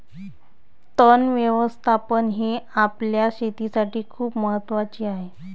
तण व्यवस्थापन हे आपल्या शेतीसाठी खूप महत्वाचे आहे